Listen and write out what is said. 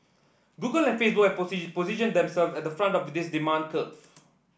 Google and Facebook have position positioned themselves at the front of this demand curve